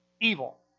evil